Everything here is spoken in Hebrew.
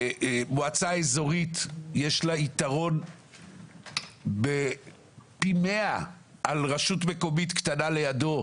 מועצה איזורית יש לה יתרון פי מאה על רשות מקומית קטנה לידה,